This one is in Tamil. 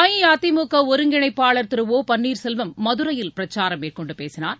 அஇஅதிமுக ஒருங்கிணைப்பாளர் திரு ஒ பன்னீர்செல்வம் மதுரையில் பிரச்சாரம் மேற்கொண்டு பேசினார்